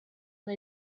una